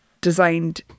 designed